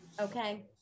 Okay